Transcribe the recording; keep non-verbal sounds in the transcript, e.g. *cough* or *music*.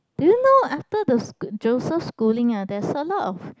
do you know after the *noise* Joseph-Schooling ah there's a lot of